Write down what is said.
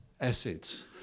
assets